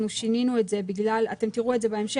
אנחנו שינינו את זה ואתם תראו את זה בהמשך,